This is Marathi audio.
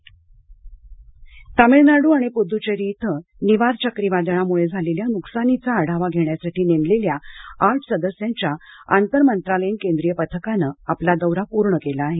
तमिळनाड़ केंद्रीय पथक तमिळनाडू आणि पुदुच्चेरी इथं निवार चक्रीवादळामुळं झालेल्या नुकसानीचा आढावा घेण्यासाठी नेमलेल्या आठ सदस्यांच्या आंतर मंत्रालयीन केंद्रीय पथकानं आपला दौरा पूर्ण केला आहे